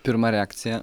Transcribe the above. pirma reakcija